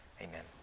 Amen